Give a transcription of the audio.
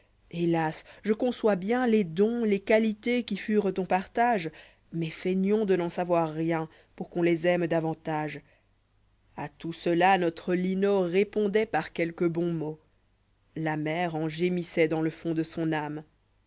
hélas je conçois bien les dons les qualités qui furent ton partage mais feignons de n'en savoir rien peur quon les aime davantage a tout cela notre linot répondoit par quelque bon mot la mère en gémissoit dans lefçnd de son âme